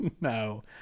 no